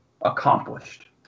Accomplished